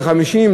בני 50,